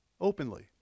openly